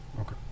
Okay